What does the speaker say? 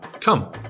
Come